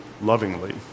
lovingly